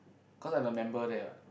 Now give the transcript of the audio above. cause I'm a member there what